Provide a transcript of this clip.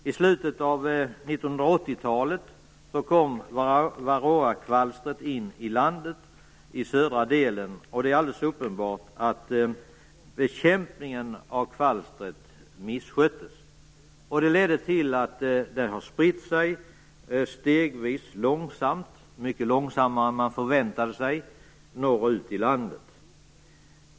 I slutet av 1980-talet kom varroakvalstret in i södra delen av landet, och det är alldeles uppenbart att bekämpningen av kvalstret missköttes. Det har lett till att kvalstret stegvis har spritt sig norrut i landet. Det har gått mycket långsammare än man förväntade sig.